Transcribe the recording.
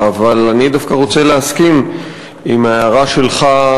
אבל אני דווקא רוצה להסכים להערה שלך,